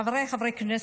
חבריי חברי הכנסת.